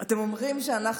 אתם אומרים שאנחנו,